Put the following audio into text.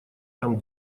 там